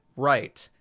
right,